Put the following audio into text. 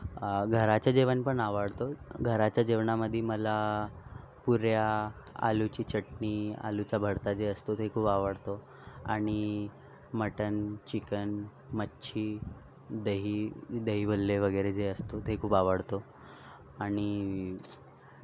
घराचं जेवण पण आवडतो घराच्या जेवणामध्ये मला पुऱ्या आलूची चटणी आलूचा भरता जे असतो ते खूप आवडतो आणि मटण चिकन मच्छी दही दहीवल्ले वगैरे जे असतो ते खूप आवडतो आणि